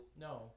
No